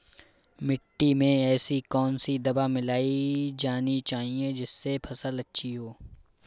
मिट्टी में ऐसी कौन सी दवा मिलाई जानी चाहिए जिससे फसल अच्छी हो?